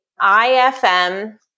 IFM